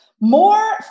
more